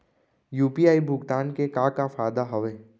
UPI भुगतान के का का फायदा हावे?